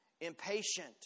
impatient